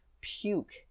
puke